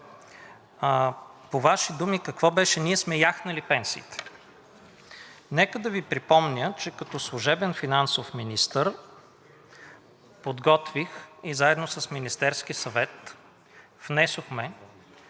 по Вашите думи какво беше – ние сме яхнали пенсиите. Нека да Ви припомня, че като служебен финансов министър подготвих и заедно с Министерския съвет внесохме